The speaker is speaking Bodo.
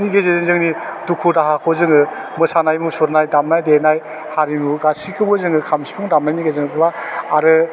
नि गेजेरजों जोंनि दुखु दाहाखौ जोङो मोसानाय मुसुरनाय दामनाय देनाय हारिमु गासिखौबो जोङो खाम सिफुं दामनायनि गेरजोंब्ला आरो